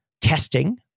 testing